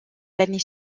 l’année